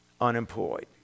unemployed